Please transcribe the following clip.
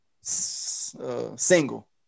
single